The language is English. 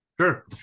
Sure